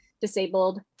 disabled